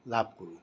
লাভ কৰোঁ